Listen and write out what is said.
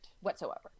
whatsoever